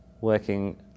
working